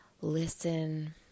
listen